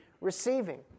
receiving